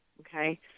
Okay